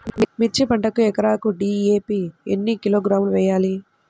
మిర్చి పంటకు ఎకరాకు డీ.ఏ.పీ ఎన్ని కిలోగ్రాములు వేయాలి?